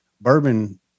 bourbon